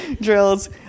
drills